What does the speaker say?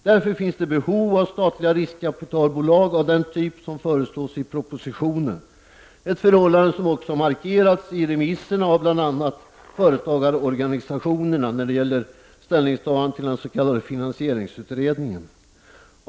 Därför finns det behov av statliga riskkapitalbolag av den typ som föreslås i propositionen — ett förhållande som också markerats i remissvaren från bl.a. företagarorganisationerna när det gäller ställningstagandet till den s.k. finansieringsutredningen.